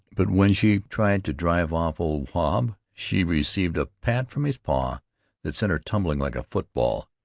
but when she tried to drive off old wahb she received a pat from his paw that sent her tumbling like a football.